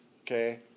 Okay